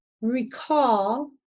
recall